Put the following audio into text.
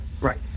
right